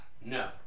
No